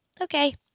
Okay